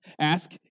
Ask